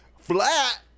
flat